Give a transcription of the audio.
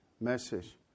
message